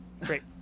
Great